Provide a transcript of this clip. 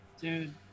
Dude